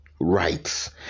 rights